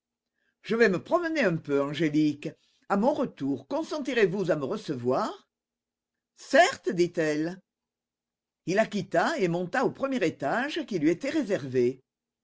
je vais me promener un peu angélique à mon retour consentirez vous à me recevoir certes dit-elle il la quitta et monta au premier étage qui lui était réservé